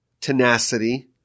tenacity